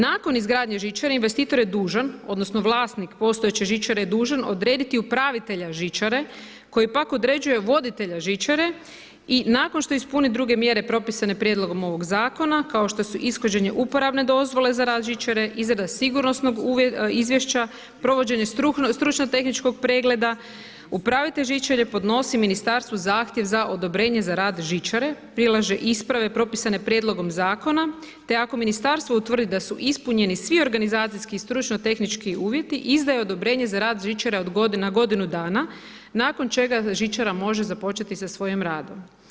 Nakon izgradnje žičare investitor je dužan odnosno vlasnik postojeće žičare je dužan odrediti upravitelja žičare koji pak određuje voditelja žičare i nakon što ispuni druge mjere propisane prijedlogom ovog Zakona, kao što su ishođenje uporabne dozvole za rad žičare izrada sigurnosnog izvješća, provođenje stručno-tehničkog pregleda, upravitelj žičare podnosi Ministarstvu zahtjev za odobrenje za rad žičare, prilaže isprave propisane prijedlogom Zakona, te ako Ministarstvo utvrdi da su ispunjeni svi organizacijski i stručno tehnički uvjeti, izdaje odobrenje za rad žičare na godinu dana, nakon čega žičara može započeti sa svojim radom.